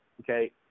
okay